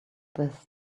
this